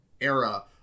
era